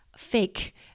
fake